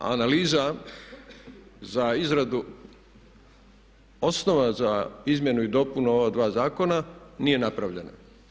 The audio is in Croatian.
Analiza za izradu osnova za izmjenu i dopunu ova dva zakona nije napravljena.